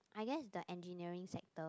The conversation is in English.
I guess the engineering sector